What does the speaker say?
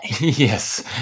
Yes